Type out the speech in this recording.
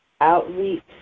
outreach